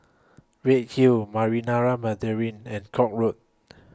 Redhill Marinara Mandarin and Koek Road